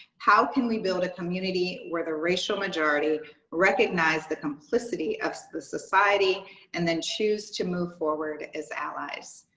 how can we build a community where the racial majority recognizes the complicity of the society and then choose to move forward as allies?